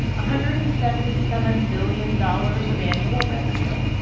hundred and seventy seven billion dollars of annual revenue,